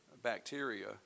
bacteria